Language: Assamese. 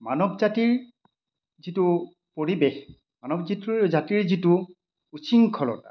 মানৱ জাতিৰ যিটো পৰিৱেশ মানৱ যিটো জাতিৰ যিটো উশৃংখলতা